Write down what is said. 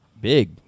big